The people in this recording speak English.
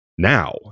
now